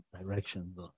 directions